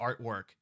artwork